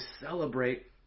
celebrate